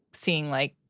seeing, like,